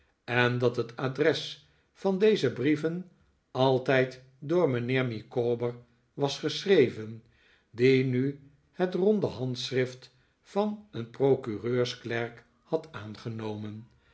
en dat het adres van deze brieven altijd door mijnheer micawber was geschreven die nu het ronde handschrift van een procureursklerk had aangenomen